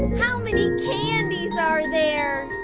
how many candies are there?